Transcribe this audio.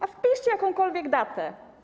A wpiszcie jakąkolwiek datę.